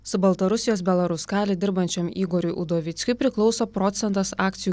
su baltarusijos belaruskali dirbančiam igoriui udovickiui priklauso procentas akcijų